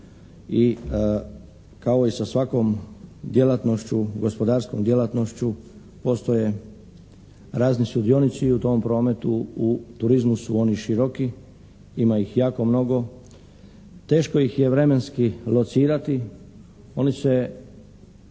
i kao i sa svakom djelatnošću, gospodarskom djelatnošću postoje razni sudionici u tom prometu, u turizmu su oni široki, ima ih jako mnogo. Teško ih je vremenski locirati. Oni se